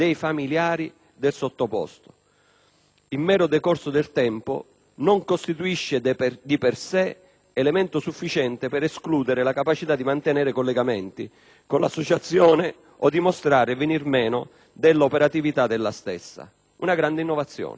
Il mero decorso del tempo non costituisce di per sé elemento sufficiente per escludere la capacità di mantenere collegamenti con l'associazione o dimostrare il venir meno dell'operatività della stessa. Si tratta di una grande e positiva innovazione